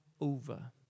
over